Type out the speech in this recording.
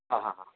हा हा हा